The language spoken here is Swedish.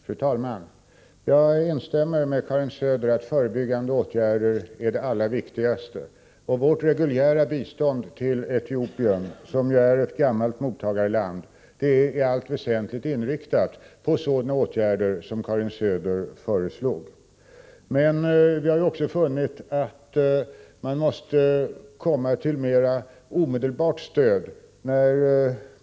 Fru talman! Jag instämmer med Karin Söder att förebyggande åtgärder är det allra viktigaste. Vårt reguljära bistånd till Etiopien, som är ett gammalt mottagarland, är i allt väsentligt inriktat på sådana åtgärder som Karin Söder nämnde. Men vi har funnit att det också behövs mer omedelbart stöd.